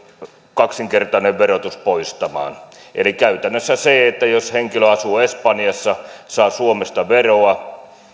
kaksinkertainen verotus poistamaan käytännössä jos henkilö asuu espanjassa saa suomesta eläkettä